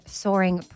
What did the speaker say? soaring